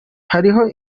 hariho